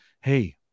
hey